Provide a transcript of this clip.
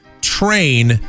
train